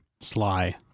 Sly